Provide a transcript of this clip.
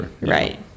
right